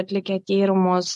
atlikę tyrimus